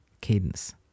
cadence